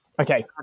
Okay